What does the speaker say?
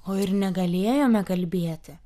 o ir negalėjome kalbėti